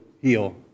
heal